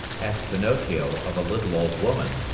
asked pinocchio of a little old woman.